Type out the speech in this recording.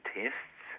tests